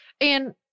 And-